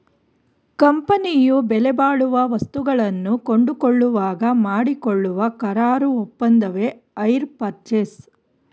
ಕಂಪನಿಯು ಬೆಲೆಬಾಳುವ ವಸ್ತುಗಳನ್ನು ಕೊಂಡುಕೊಳ್ಳುವಾಗ ಮಾಡಿಕೊಳ್ಳುವ ಕರಾರು ಒಪ್ಪಂದವೆ ಹೈರ್ ಪರ್ಚೇಸ್